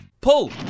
Pull